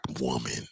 woman